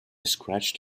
scratched